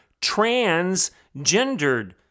Transgendered